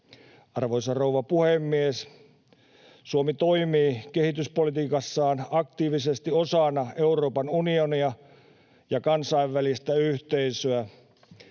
Arvoisa rouva puhemies! Suomi toimii kehityspolitiikassaan aktiivisesti osana Euroopan unionia ja kansainvälistä yhteisöä.